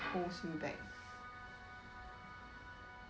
holds you back